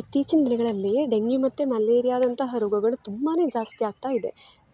ಇತ್ತೀಚಿನ ದಿನಗಳಲ್ಲಿ ಡೆಂಗ್ಯೂ ಮತ್ತು ಮಲೇರಿಯಾದಂತಹ ರೋಗಗಳು ತುಂಬಾ ಜಾಸ್ತಿ ಆಗ್ತಾಯಿದೆ